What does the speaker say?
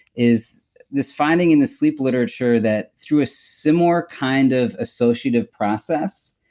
is this finding in the sleep literature that through a similar kind of associative process,